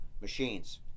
machines